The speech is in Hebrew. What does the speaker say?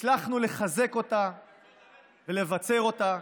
הצלחנו לחזק אותה ולבצר אותה.